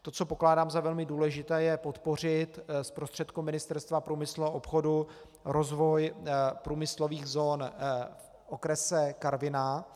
To co pokládám za velmi důležité, je podpořit z prostředků Ministerstva průmyslu a obchodu rozvoj průmyslových zón v okrese Karviná.